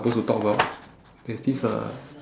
~posed to talk about there's this uh